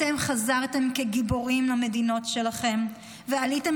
אתם חזרתם כגיבורים למדינות שלכם ועליתם